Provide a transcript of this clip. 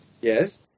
Yes